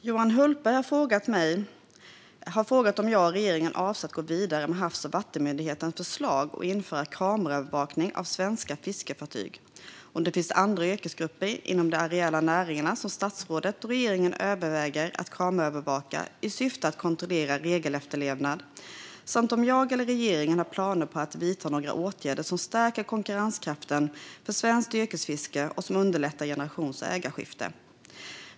Johan Hultberg har frågat om jag och regeringen avser att gå vidare med Havs och vattenmyndighetens förslag och införa kameraövervakning av svenska fiskefartyg, om det finns andra yrkesgrupper inom de areella näringarna som statsrådet och regeringen överväger att kameraövervaka i syfte att kontrollera regelefterlevnad samt om jag eller regeringen har planer på att vidta några åtgärder som stärker konkurrenskraften för svenskt yrkesfiske och underlättar generations och ägarskiften.